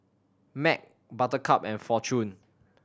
Mac Buttercup and Fortune